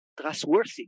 trustworthy